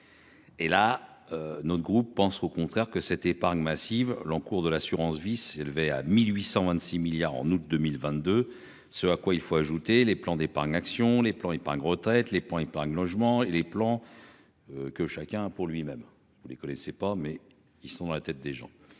Et là. Notre groupe, pense au contraire que cette épargne massive l'encours de l'assurance-vie s'élevait à 1826 milliards en août 2022. Ce à quoi il faut ajouter les plans d'épargne action les plans et pas un gros traite les plans épargne logement et les plans. Que chacun pour lui-même ou les connaissais pas mais ils sont à la tête des gens,